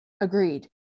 agreed